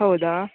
ಹೌದಾ